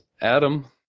Adam